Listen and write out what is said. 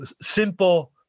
simple